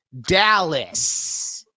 Dallas